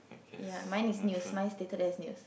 ya mine is news mine stated as news